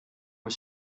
was